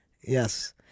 Yes